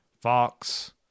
fox